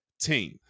team